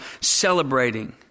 celebrating